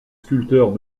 sculpteurs